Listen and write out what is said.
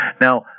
Now